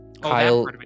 Kyle